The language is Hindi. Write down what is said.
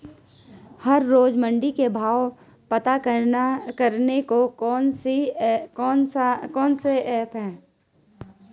हर रोज़ मंडी के भाव पता करने को कौन सी ऐप है?